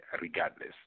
regardless